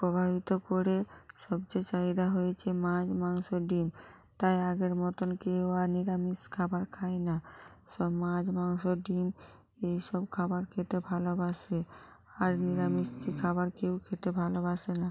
প্রভাবিত করে সবচেয়ে চাহিদা হয়েছে মাছ মাংস ডিম তাই আগের মতন কেউ আর নিরামিষ খাবার খায় না সব মাছ মাংস ডিম এই সব খাবার খেতে ভালোবাসে আর নিরামিষ যে খাবার কেউ খেতে ভালোবাসে না